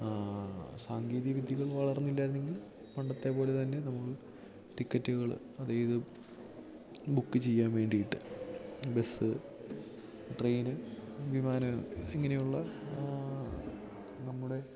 സാങ്കേതിക വിദ്യകൾ വളർന്നില്ലായിരുന്നു എങ്കിൽ പണ്ടത്തെ പോലെ തന്നെ നമ്മൾ ടിക്കറ്റുകൾ അതായത് ബുക്ക് ചെയ്യാൻ വേണ്ടീട്ട് ബെസ്സ് ട്രെയിന് വിമാനം ഇങ്ങനെയുള്ള നമ്മുടെ